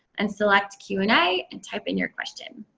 and select q and a, and type in your question.